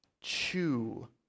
chew